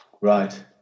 Right